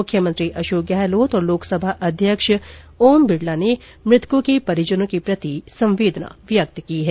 मुख्यमंत्री अशोक गहलोत और लोकसभा अध्यक्ष ओम बिरला ने मृतकों के परिजनों को प्रति संवेदना व्यक्त की है